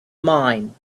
mine